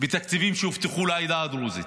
ולתקציבים שהובטחו לעדה הדרוזית.